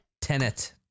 tenant